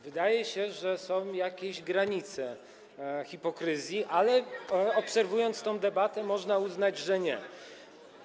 Wydaje się, że są jakieś granice hipokryzji, ale obserwując tę debatę, można uznać, że nie ma.